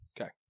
Okay